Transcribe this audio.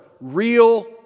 real